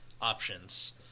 options